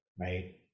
Right